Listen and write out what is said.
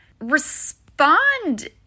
respond